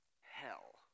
hell